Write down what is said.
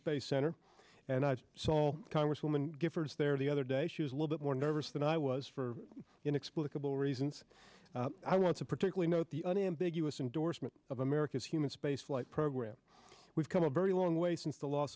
space center and i've solved congresswoman giffords there the other day she was a little bit more nervous than i was for inexplicable reasons i want to particularly note the unambiguous indorsement of america's human spaceflight program we've come a very long way since the loss